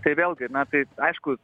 tai vėlgi na tai aišku